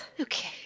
Okay